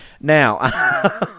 Now